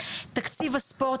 תקציב הספורט,